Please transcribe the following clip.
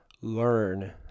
Learn